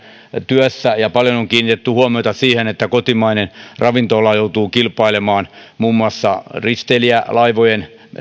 työssä ja paljon on kiinnitetty huomiota siihen että kotimainen ravintola joutuu kilpailemaan muun muassa risteilijälaivojen